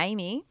Amy